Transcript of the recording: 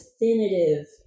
definitive